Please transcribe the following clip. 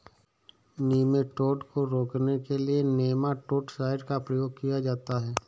nematode को रोकने के लिए नेमाटो साइड का प्रयोग किया जाता है